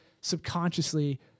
subconsciously